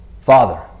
Father